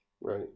right